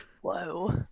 Whoa